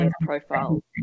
profile